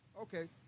Okay